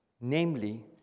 namely